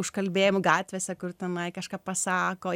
užkalbėjimų gatvėse kur tenai kažką pasako